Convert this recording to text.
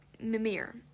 Mimir